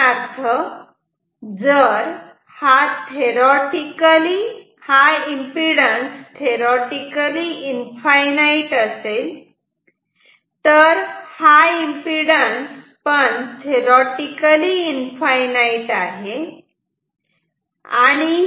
उदाहरणार्थ जर हा थेरोटिकली इनफाईनाईट असेल तर हा थेरोटिकली इनफाईनाईट आहे